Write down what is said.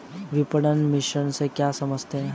विपणन मिश्रण से आप क्या समझते हैं?